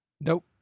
Nope